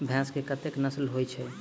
भैंस केँ कतेक नस्ल होइ छै?